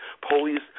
police